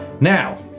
Now